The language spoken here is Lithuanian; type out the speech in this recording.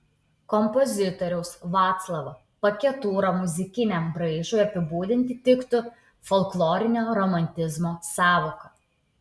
kompozitoriaus vaclovo paketūro muzikiniam braižui apibūdinti tiktų folklorinio romantizmo sąvoka